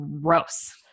gross